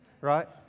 Right